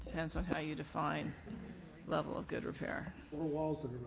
and so how you define level of good repair. well, the walls